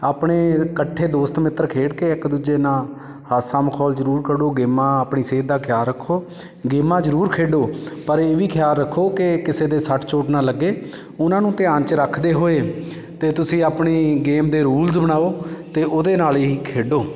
ਆਪਣੇ ਇਕੱਠੇ ਦੋਸਤ ਮਿੱਤਰ ਖੇਡ ਕੇ ਇੱਕ ਦੂਜੇ ਨਾਲ ਹਾਸਾ ਮਖੌਲ ਜ਼ਰੂਰ ਕਰੋ ਗੇਮਾਂ ਆਪਣੀ ਸਿਹਤ ਦਾ ਖਿਆਲ ਰੱਖੋ ਗੇਮਾਂ ਜ਼ਰੂਰ ਖੇਡੋ ਪਰ ਇਹ ਵੀ ਖਿਆਲ ਰੱਖੋ ਕਿ ਕਿਸੇ ਦੇ ਸੱਟ ਚੋਟ ਨਾ ਲੱਗੇ ਉਹਨਾਂ ਨੂੰ ਧਿਆਨ 'ਚ ਰੱਖਦੇ ਹੋਏ ਅਤੇ ਤੁਸੀਂ ਆਪਣੀ ਗੇਮ ਦੇ ਰੂਲਸ ਬਣਾਉ ਅਤੇ ਉਹਦੇ ਨਾਲ ਹੀ ਖੇਡੋ